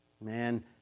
Man